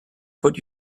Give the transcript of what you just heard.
put